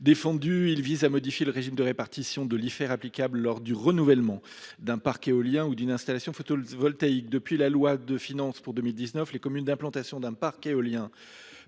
amendement vise à modifier le régime de répartition de l’Ifer applicable en cas de renouvellement d’un parc éolien ou d’une installation photovoltaïque. Depuis la loi de finances pour 2019, les communes d’implantation d’un parc éolien